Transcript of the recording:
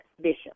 Bishop